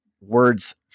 words